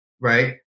right